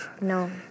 No